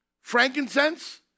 Frankincense